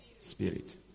Spirit